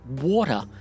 water